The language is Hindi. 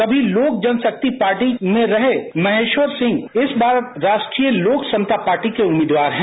कमी लोक जनशक्ति पार्टी में रहे महेश्वर सिंह अब राष्ट्रीय लोक समता पार्टी के उम्मीदवार है